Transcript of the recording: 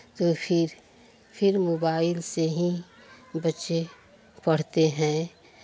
तो फिर फिर मोबाइल से ही बच्चे पढ़ते हैं